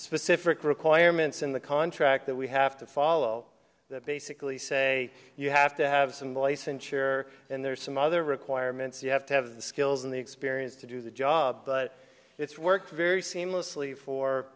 specific requirements in the contract that we have to follow that basically say you have to have some licensure and there are some other requirements you have to have the skills and the experience to do the job but it's worked very seamlessly for